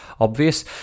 obvious